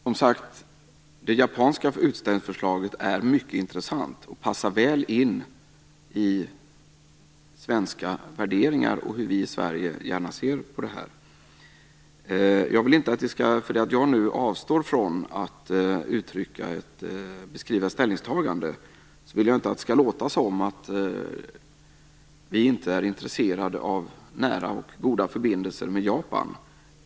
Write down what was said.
Fru talman! Det japanska utställningsförslaget är, som sagt var, mycket intressant och passar väl in i svenska värderingar och det sätt som vi i Sverige gärna ser på det här. Att jag nu avstår från att beskriva ett ställningstagande skall inte tolkas så att vi inte är intresserade av nära och goda förbindelser med Japan.